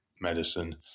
medicine